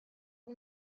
por